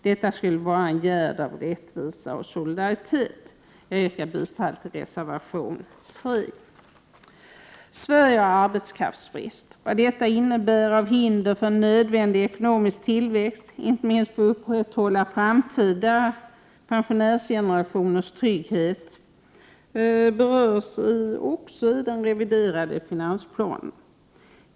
Detta skulle vara en gärd av rättvisa och solidaritet. Jag yrkar bifall till reservation 3. Sverige har arbetskraftsbrist. Vad detta innebär av hinder för en nödvändig ekonomisk tillväxt — inte minst för att upprätthålla framtida pensionärsgenerationers trygghet — berörs också i den reviderade finansplanen.